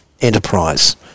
enterprise